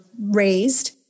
raised